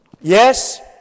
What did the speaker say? Yes